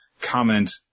comment